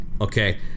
okay